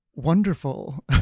Wonderful